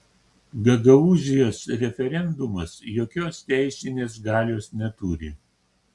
gagaūzijos referendumas jokios teisinės galios neturi